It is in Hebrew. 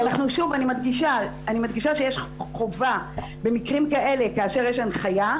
אני מדגישה שיש חובה במקרים כאלה כאשר יש הנחיה,